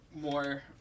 more